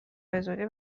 بزودی